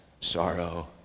sorrow